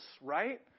right